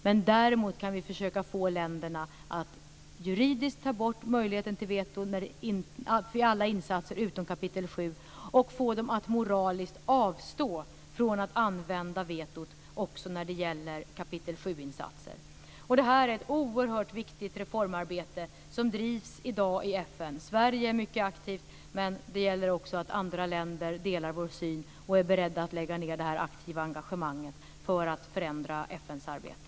Men däremot kan vi försöka få länderna att juridiskt ta bort rätten till veto vid alla insatser utom de enligt kapitel 7 och få dem att moraliskt avstå från att använda vetot också när det gäller kapitel 7 Det är ett oerhört viktigt reformarbete som i dag drivs i FN. Sverige är mycket aktivt. Men det gäller också att andra länder delar vår syn och är beredda att lägga ned ett aktivt engagemang för att förändra FN:s arbete.